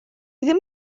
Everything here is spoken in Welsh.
ddim